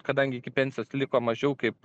kadangi iki pensijos liko mažiau kaip